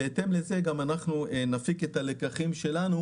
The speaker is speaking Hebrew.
לפי זה גם אנחנו נפיק את הלקחים שלנו